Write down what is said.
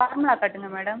ஃபார்மலாக காட்டுங்கள் மேடம்